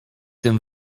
tym